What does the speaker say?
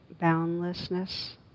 boundlessness